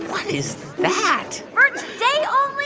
what is that? for today only,